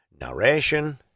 narration